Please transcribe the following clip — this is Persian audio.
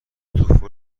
توفو